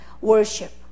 worship